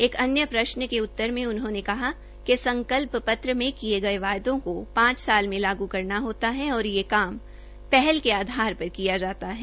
एक अन्य प्रश्न के उतर में उन्होंने कहा कि संकल्प पत्र में किये गये वादों को पांच साल में लागू करना होगा है और यह काम पहल के आधार पर किया जाता है